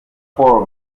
four